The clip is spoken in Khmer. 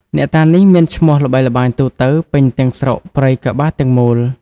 អ្នកតានេះមានឈ្មោះល្បីល្បាញទូទៅ ពេញទាំងស្រុកព្រៃកប្បាសទាំងមូល។